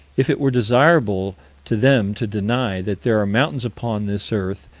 if it were desirable to them to deny that there are mountains upon this earth,